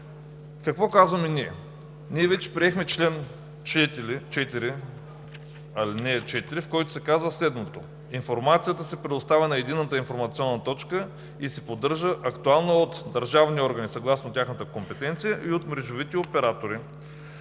Какво казваме ние? Ние вече приехме чл. 4, ал. 4, в който се казва следното: „Информацията се предоставя на Единната информационна точка и се поддържа актуална от държавните органи съгласно тяхната компетентност, и от мрежовите оператори“.